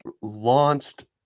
launched